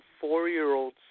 four-year-old